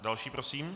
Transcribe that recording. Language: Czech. Další prosím.